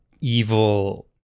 evil